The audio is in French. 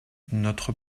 notre